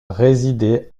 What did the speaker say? résidé